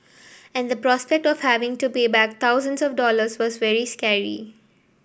and the prospect of having to pay back thousands of dollars was very scary